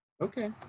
okay